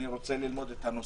אני רוצה ללמוד את הנושא.